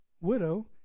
widow